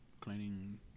cleaning